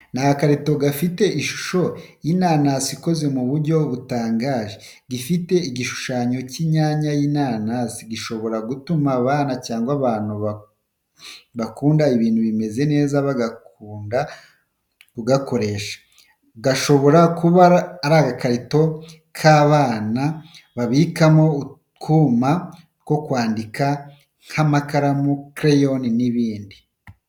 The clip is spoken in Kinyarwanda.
Ni agakarito gafite ishusho y’inanasi ikozwe mu buryo butangaje gifite igishushanyo cy’inyanya y’inanasi gishobora gutuma abana cyangwa abantu bose bakunda ibintu bimeze neza bagakunda kugakoresha. Gashobora kuba ari agakarito k’abana babikamo utwuma two kwandika nk’amakaramu, crayons, n’ibindi.